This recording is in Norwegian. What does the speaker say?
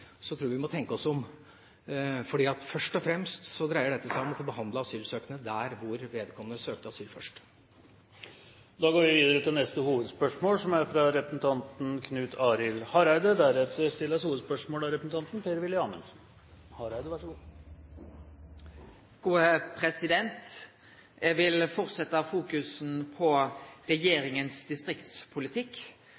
tror jeg vi må tenke oss om, for først og fremst dreier dette seg om å behandle asylsøknadene der vedkommende først søkte asyl. Da går vi videre til neste hovedspørsmål.